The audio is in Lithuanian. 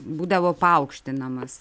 būdavo paaukštinamas